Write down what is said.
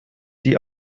die